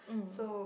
so